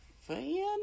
fan